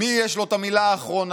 למי יש את המילה האחרונה.